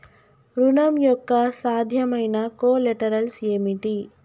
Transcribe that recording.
ఋణం యొక్క సాధ్యమైన కొలేటరల్స్ ఏమిటి?